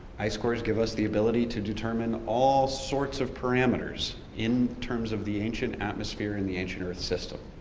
ice cores give us the ability to determine all sorts of perimeters in terms of the ancient atmosphere in the ancient earth system.